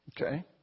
Okay